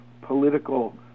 political